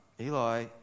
eli